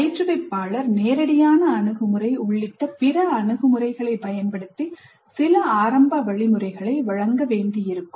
பயிற்றுவிப்பாளர் நேரடியான அணுகுமுறை உள்ளிட்ட பிற அணுகுமுறைகளைப் பயன்படுத்தி சில ஆரம்ப வழிமுறைகளை வழங்க வேண்டியிருக்கும்